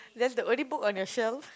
that's the only book on your shelf